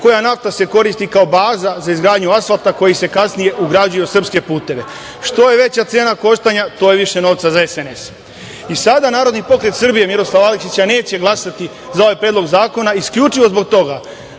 čija nafta se koristi kao baza za izgradnju asfalta koja se kasnije ugrađuje u srpske puteve. Što je veća cena koštanja, to je više novca za SNS.Sada Narodni pokret Srbije – Miroslav Aleksić neće glasati za ovaj predlog zakona isključivo zbog toga